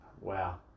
Wow